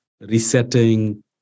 resetting